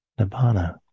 nibbana